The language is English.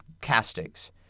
castings